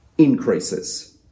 Increases